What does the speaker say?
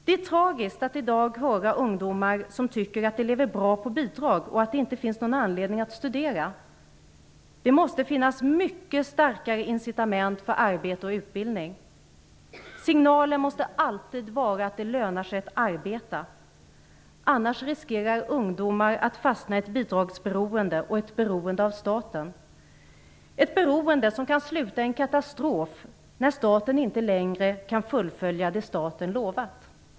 Det är tragiskt att i dag höra ungdomar som tycker att de lever bra på bidrag och att det inte finns någon anledning att studera. Det måste finnas mycket starkare incitament för arbete och utbildning. Signalen måste alltid vara att det lönar sig att arbeta, för annars riskerar ungdomar att fastna i ett bidragsberoende och ett beroende av staten - ett beroende som kan sluta i en katastrof när staten inte längre kan fullfölja det staten lovat.